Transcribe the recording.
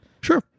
Sure